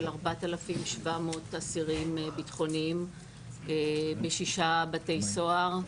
4,700 אסירים ביטחוניים בשישה בתי סוהר.